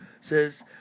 says